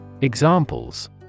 Examples